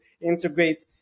integrate